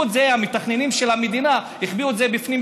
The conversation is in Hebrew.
המתכננים של המדינה החביאו את זה בפנים,